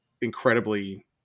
incredibly